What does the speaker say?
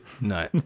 no